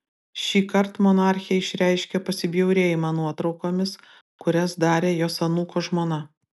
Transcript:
šįkart monarchė išreiškė pasibjaurėjimą nuotraukomis kurias darė jos anūko žmona